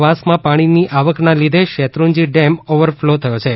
ઉપરવાસના પાણીની આવકને લીધે શેત્રુંજી ડેમ ઓવરફ્લો થથો છે